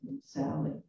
Sally